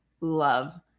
love